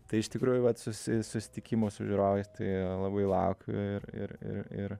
tai iš tikrųjų vat susi susitikimų su žiūrovais tai labai laukiu ir ir ir ir